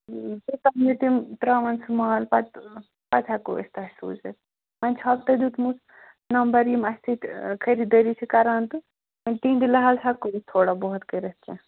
تَتھ منٛز تِم ترٛاوان سُہ مال پَتہٕ پَتہٕ ہٮ۪کَو أسۍ تۅہہِ سوٗزِتھ وۅنۍ چھَو تۅہہِ دیُتمُت نَمبر یِم اَسہِ سۭتۍ خٔریٖدٲری چھِ کَران تہٕ تِہٕنٛدِ لحاظہٕ ہٮ۪کَو یہِ تھوڑا بہت کٔرِتھ کیٚنٛہہ